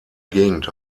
gegend